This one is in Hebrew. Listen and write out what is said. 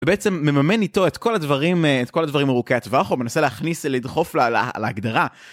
ובעצם מממן איתו את כל הדברים, את כל הדברים ארוכי הטווח או מנסה להכניס, לדחוף ל... להגדרה